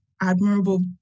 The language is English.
Admirable